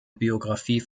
biographie